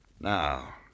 Now